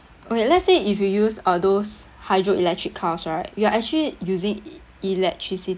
okay let's say if you use uh those hydroelectric cars right you are actually using e~ electricity